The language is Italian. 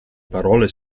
parole